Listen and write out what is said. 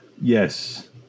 Yes